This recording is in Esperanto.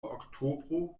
oktobro